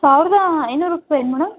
ಸಾವಿರದ ಐನೂರು ರೂಪಾಯಿ ಏನು ಮೇಡಮ್